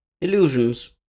Illusions